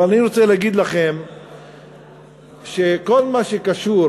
אבל אני רוצה להגיד לכם שכל מה שקשור,